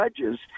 judges